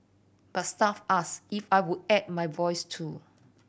but staff asked if I would add my voice too